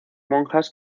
monjas